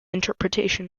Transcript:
interpretation